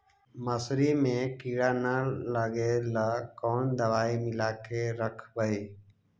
मसुरी मे किड़ा न लगे ल कोन दवाई मिला के रखबई?